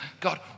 God